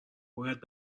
باید